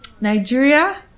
Nigeria